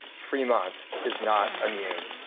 fremont is not immune.